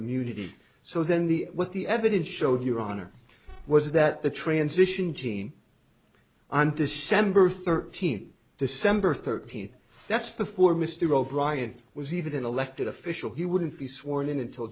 immunity so then the what the evidence showed your honor was that the transition team i'm december thirteenth december thirteenth that's before mr o'brien was even an elected official he wouldn't be sworn in until